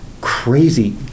crazy